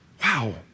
Wow